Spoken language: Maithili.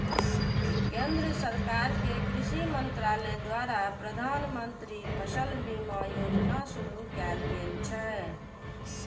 केंद्र सरकार के कृषि मंत्रालय द्वारा प्रधानमंत्री फसल बीमा योजना शुरू कैल गेल छै